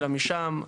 אלא משם.